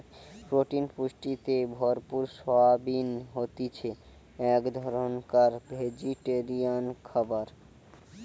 protein পুষ্টিতে ভরপুর soybean হতিছে এক ধরণকার ভেজিটেরিয়ান খাবার